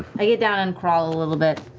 i get down and crawl a little bit.